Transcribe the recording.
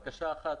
בקשה אחת